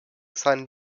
seinen